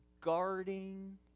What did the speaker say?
guarding